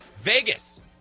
Vegas